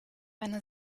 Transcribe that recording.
eine